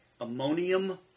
ammonium